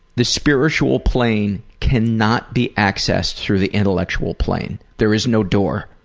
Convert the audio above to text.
the spiritual plane cannot be accessed through the intellectual plane. there is no door,